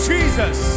Jesus